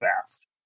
fast